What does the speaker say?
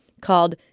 called